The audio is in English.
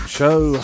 Show